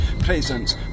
Presents